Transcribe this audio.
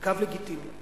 קו לגיטימי.